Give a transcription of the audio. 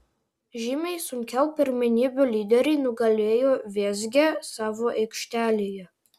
žymiai sunkiau pirmenybių lyderiai nugalėjo vėzgę savo aikštelėje